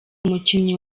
umukinnyi